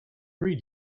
read